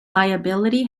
liability